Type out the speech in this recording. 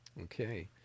Okay